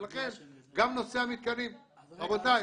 ולכן גם נושא המתקנים --- אז --- רבותיי,